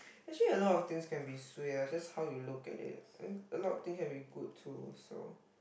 actually a lot of things can be suay lah just how you look at it uh a lot of thing can be good too also